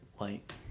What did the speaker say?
light